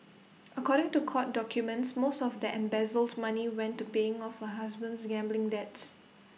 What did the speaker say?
according to court documents most of the embezzled money went to paying off her husband's gambling debts